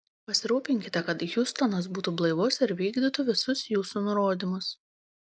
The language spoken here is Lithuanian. pasirūpinkite kad hiustonas būtų blaivus ir vykdytų visus jūsų nurodymus